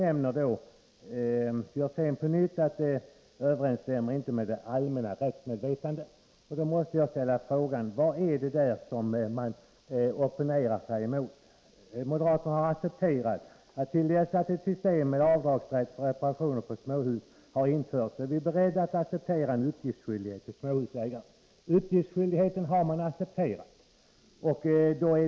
Karl Björzén sade på nytt att stadgandena inte överensstämmer med det allmänna rättsmedvetandet. Då måste jag ställa frågan: Vad är det som man opponerar sig mot? Moderaterna har uttalat: ”Till dess att ett system med avdragsrätt för reparationer på småhus har införts är vi beredda att acceptera en uppgiftsskyldighet för småhusägaren.” Uppgiftsskyldigheten har man alltså accepterat.